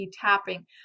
tapping